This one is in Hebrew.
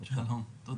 תודה.